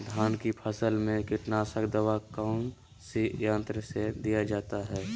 धान की फसल में कीटनाशक दवा कौन सी यंत्र से दिया जाता है?